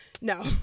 No